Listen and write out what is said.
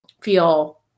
feel